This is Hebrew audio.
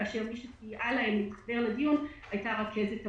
כאשר מי שסייעה להם להתחבר לדיון הייתה רכזת הוועדה.